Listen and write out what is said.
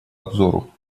обзору